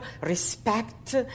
respect